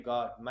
God